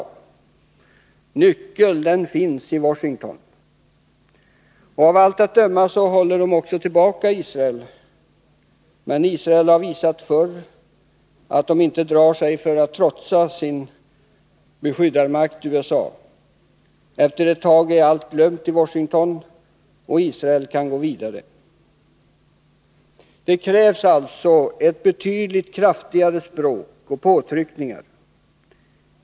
Nyckeln finns i Washington. Av allt att döma håller USA också tillbaka Israel, men Israel har visat förr att landet inte drar sig för att trotsa sin beskyddarmakt USA. Efter ett tag är allt glömt i Washington, och Israel kan gå vidare. Det krävs alltså ett betydligt kraftigare språk och påtryckningar.